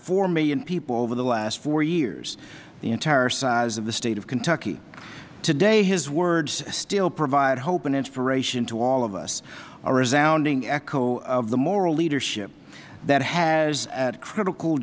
four million people over the last four years the entire size of the state of kentucky todayhis words still provide hope and inspiration to all of us a resounding echo of the moral leadership that has at critical